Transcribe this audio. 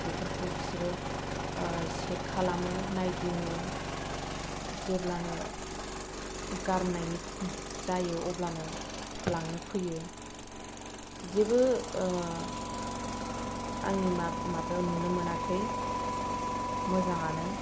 बेफोरखौ बिसोरो चेक खालामो नायदिङो जेब्लानो गारनायनि जायो अब्लानो लांनो फैयो जेबो आंनि माबायाव नुनो मोनाखै मोजाङानो